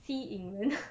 吸引人